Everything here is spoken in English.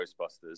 Ghostbusters